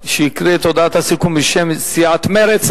שהקריא את הודעת הסיכום בשם סיעת מרצ.